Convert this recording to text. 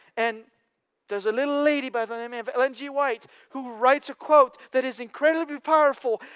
and there's a little lady by the name of ellen g white who writes a quote that is incredibly powerful,